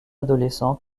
adolescent